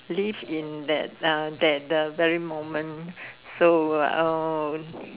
live in that uh that the very moment so um